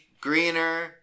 Greener